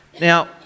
Now